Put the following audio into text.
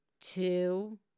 two